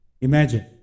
imagine